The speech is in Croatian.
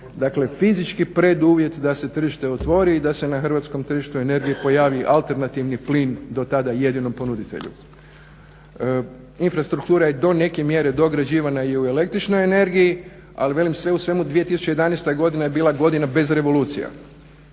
dakle fizički preduvjet da se tržište otvori i da se na hrvatskom tržištu energije pojavi alternativni plin do tada jedinom ponuditelju. Infrastruktura je do neke mjere dograđivana i u električnoj energiji, ali velim sve u svemu 2011. godina je bila godina bez revolucija.